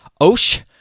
Osh